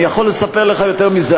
אני יכול לספר לך יותר מזה,